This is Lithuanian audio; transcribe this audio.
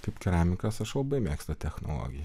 kaip keramikas aš labai mėgstu technologiją